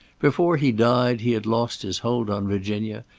before he died he had lost his hold on virginia,